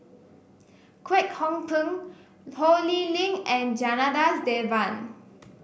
Kwek Hong Png Ho Lee Ling and Janadas Devan